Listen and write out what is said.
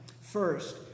First